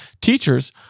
Teachers